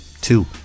two